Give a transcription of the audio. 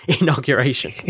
inauguration